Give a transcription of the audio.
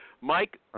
Mike